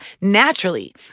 naturally